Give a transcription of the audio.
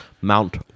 Mount